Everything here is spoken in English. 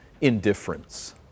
indifference